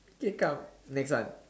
K come next one